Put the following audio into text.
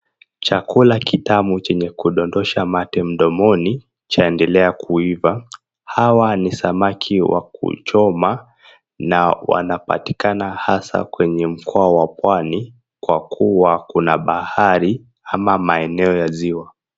Chakula kitamu chenye kudondosha mate mdomoni cha endelea kuiva. Hawa ni samaki wa kuchoma na wanapatikana hasa kwenye mkoa wa Pwani kwa kuwa kuna bahari ama maeneo ya ziwa.